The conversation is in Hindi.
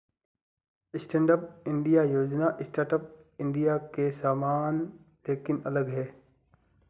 स्टैंडअप इंडिया योजना स्टार्टअप इंडिया के समान लेकिन अलग है